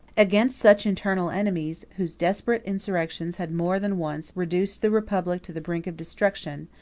against such internal enemies, whose desperate insurrections had more than once reduced the republic to the brink of destruction,